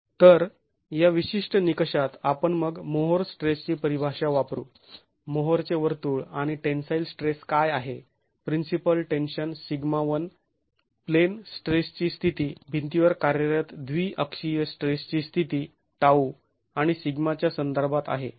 तर या विशिष्ट निकषात आपण मग मोहोर स्ट्रेसची परिभाषा वापरू मोहोरचे वर्तुळ आणि टेन्साईल स्ट्रेस काय आहे प्रिन्सिपल टेन्शन σ1 प्लेन स्ट्रेसची स्थिती भिंतीवर कार्यरत द्विअक्षीय स्ट्रेसची स्थिती τ आणि σ च्या संदर्भात आहे